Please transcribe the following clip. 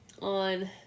On